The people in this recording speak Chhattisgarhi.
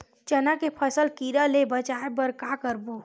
चना के फसल कीरा ले बचाय बर का करबो?